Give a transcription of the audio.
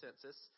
census